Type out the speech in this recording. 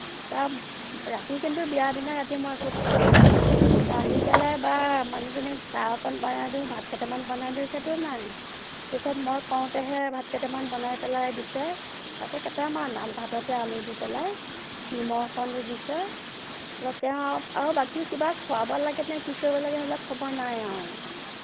তাত ৰাতি কিন্তু বিয়া দিনা ৰাতি মই একো খোৱা নাই তা আহি পেলাই বা মানুহজনীক চাহ অকণ বনাই দিওঁ ভাত কেইটামান বনাই দিওঁ সেইটো নাই পিছত মই কওঁতেহে ভাত কেইটামান বনাই পেলাই দিছে তাকো কেইটামান ভাততে আলু দি পেলাই নিমখ অকণ দি দিছে তেওঁ আৰু আৰু বাকী কিবা খুৱাব লাগে নে কি কৰিব লাগে সেইবিলাক খবৰ নাই আৰু